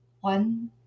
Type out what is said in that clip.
one